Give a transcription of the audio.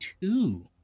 two